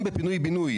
אם בפינוי בינוי,